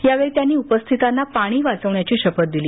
यावेळी त्यांनी उपस्थितांना पाणी वाचवण्याची शपथ दिली